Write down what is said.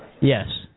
Yes